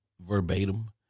verbatim